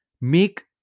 make